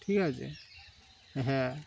ঠিক আছে হ্যাঁ